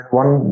one